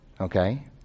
okay